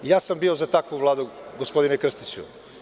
Ja sam bio za takvu vladu, gospodine Krstiću.